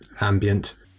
ambient